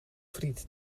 friet